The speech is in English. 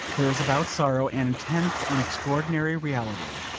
there is about sorrow an intense, an extraordinary reality.